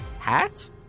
Hat